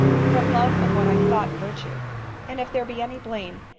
from love of what i thought virtue and if there be any blame,